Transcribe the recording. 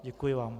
Děkuji vám.